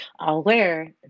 aware